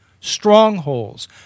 strongholds